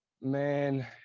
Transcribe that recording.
man